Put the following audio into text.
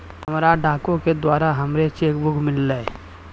हमरा डाको के द्वारा हमरो चेक बुक मिललै